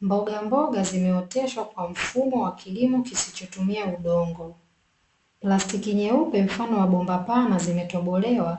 Mbogamboga zimeoteshwa kwa mfumo wa kilimo kisichotumia udongo, plastiki nyeupe mfano wa bomba pana zimetobolewa,